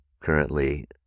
currently